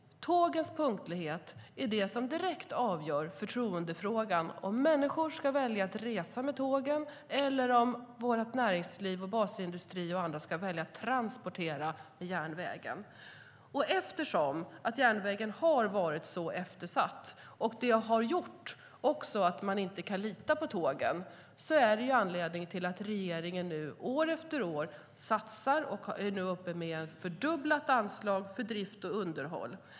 Tågens punktlighet är det som har direkt inverkan på förtroendet när det gäller om människor ska välja att resa med tågen eller om vår basindustri ska välja att transportera gods på järnvägen. Eftersom järnvägen har varit så eftersatt har det medfört att man inte kan lita på tågen. Detta är anledningen till att regeringen år efter år har satsat och nu fördubblat anslaget för drift och underhåll.